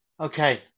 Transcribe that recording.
Okay